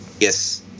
Yes